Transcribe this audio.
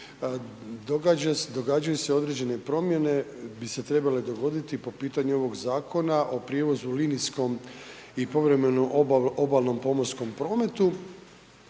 događaju se određene promjene, bi se trebale dogoditi po pitanju ovog zakona o prijevozu linijskom i povremeno obalnom pomorskom prometu,